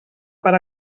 per